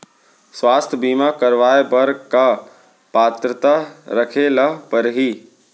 स्वास्थ्य बीमा करवाय बर का पात्रता रखे ल परही?